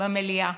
במליאה,